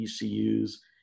ECUs